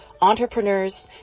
entrepreneurs